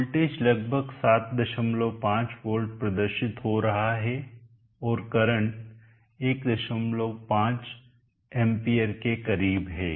voltage लगभग 75 volt प्रदर्शित हो रहा है और करंट 15 amps के करीब है